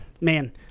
man